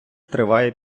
триває